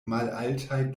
malaltaj